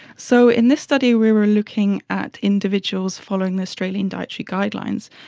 so in this study we were looking at individuals following the australian dietary guidelines.